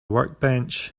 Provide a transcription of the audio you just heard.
workbench